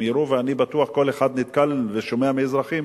אני בטוח שכל אחד נתקל ושומע מאזרחים,